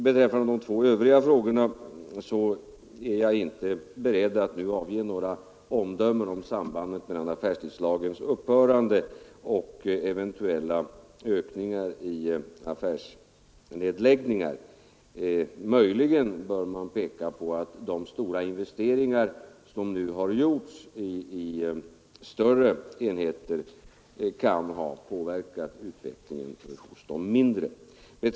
Beträffande de två övriga frågorna är jag inte beredd att nu avge något omdöme om sambandet mellan affärstidslagens upphörande och eventuella ökningar i antalet nedlagda butiker. Möjligen kan jag peka på att de stora investeringar som har gjorts i större enheter kan ha påverkat utvecklingen för de mindre.